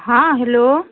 हॅं हैल्लो